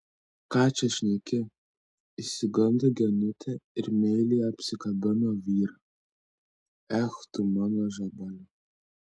ką čia šneki išsigando genutė ir meiliai apsikabino vyrą ech tu mano žabaliau